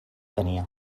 tenia